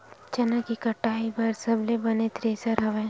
चना के कटाई बर सबले बने थ्रेसर हवय?